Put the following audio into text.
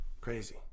Crazy